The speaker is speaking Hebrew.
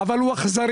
אבל הוא אכזרי,